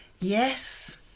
Yes